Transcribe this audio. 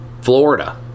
Florida